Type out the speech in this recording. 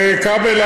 כבל,